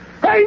Hey